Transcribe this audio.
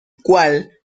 cual